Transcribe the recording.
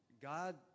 God